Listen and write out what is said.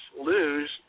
lose